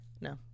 No